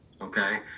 okay